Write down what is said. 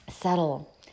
settle